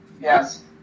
Yes